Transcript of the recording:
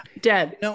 Dead